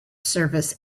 service